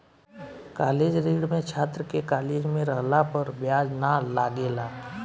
college ऋण में छात्र के कॉलेज में रहला पर ब्याज ना लागेला